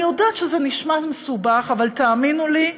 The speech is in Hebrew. אני יודעת שזה נשמע מסובך, אבל תאמינו לי,